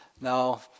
Now